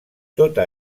tota